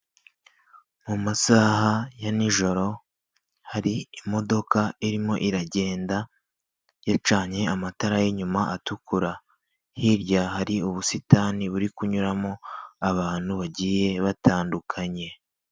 Mu masaha ya n'ijoro, hari imodoka irimo iragenda yacanye amatara y'inyuma atukura, hirya hari ubusitani buri kunyuramo abantu bagiye batandukanye.